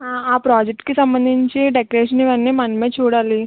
ఆ ప్రాజెక్టుకి సంబంధించి డెకరేషన్ ఇవన్నీ మనమే చూడాలి